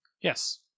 Yes